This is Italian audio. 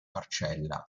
marcella